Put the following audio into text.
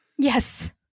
Yes